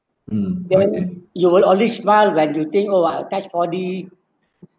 you will only smile when you think or are touched for the